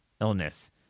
illness